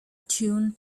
tune